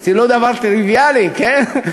זה לא דבר טריוויאלי, כן?